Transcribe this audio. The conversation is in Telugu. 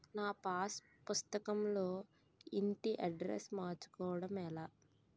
నా పాస్ పుస్తకం లో ఇంటి అడ్రెస్స్ మార్చుకోవటం ఎలా?